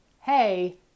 hey